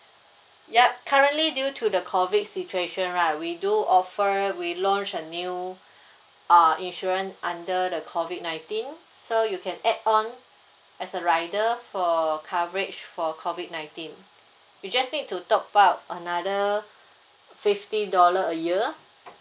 yup currently due to the COVID situation right we do offer we launch a new uh insurance under the COVID nineteen so you can add on as a rider for coverage for COVID nineteen you just need to top up another fifty dollars a year